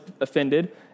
offended